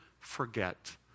forget